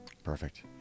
perfect